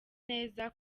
neza